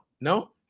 No